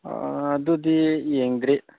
ꯑꯗꯨꯗꯤ ꯌꯦꯡꯗ꯭ꯔꯤ